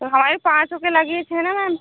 तो हमारे पाँचों के लगेज है ना मैम